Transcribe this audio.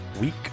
week